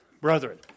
Brethren